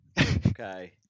okay